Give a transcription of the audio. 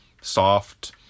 soft